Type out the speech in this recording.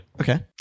Okay